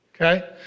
Okay